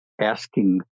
asking